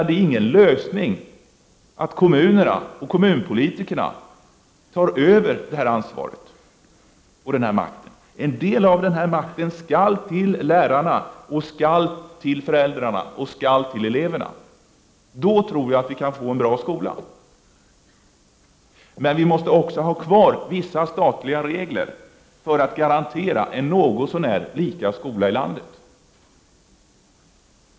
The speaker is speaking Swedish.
Det är ingen lösning att kommunerna och kommunpolitikerna tar över detta ansvar och denna makt. En del av makten skall ges till lärarna, till föräldrarna och till eleverna. Då tror jag att vi kan få en bra skola, men vi måste också ha kvar vissa statliga regler för att garantera en något så när lika skola i landet.